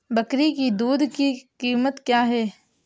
बकरी की दूध की कीमत क्या है?